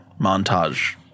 montage